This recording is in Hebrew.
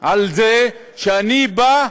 על זה שאני בא,